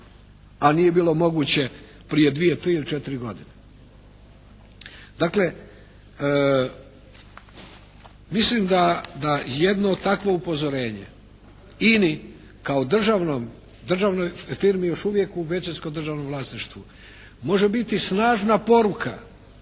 a nije bilo moguće prije dvije, tri ili četiri godine? Dakle, mislim da jedno takvo upozorenje INA-i kao državnoj firmi još u većinskom državnom vlasništvu može biti snažna poruka